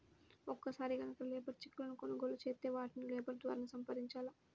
ఒక్కసారి గనక లేబర్ చెక్కులను కొనుగోలు చేత్తే వాటిని లేబర్ ద్వారానే సంపాదించాల